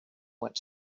went